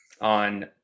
on